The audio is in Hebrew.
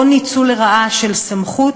או ניצול לרעה של סמכות,